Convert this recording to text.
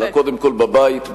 אלא קודם כול בבית,